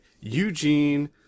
Eugene